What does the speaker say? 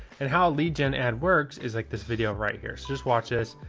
and how a lead gen ad works is like this video right here. so just watch us.